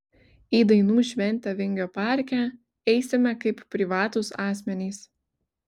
į dainų šventę vingio parke eisime kaip privatūs asmenys